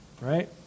right